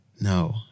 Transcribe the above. No